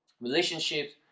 relationships